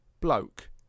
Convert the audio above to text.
bloke